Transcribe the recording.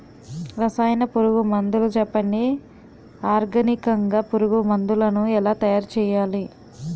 రసాయన పురుగు మందులు చెప్పండి? ఆర్గనికంగ పురుగు మందులను ఎలా తయారు చేయాలి?